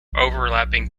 overlapping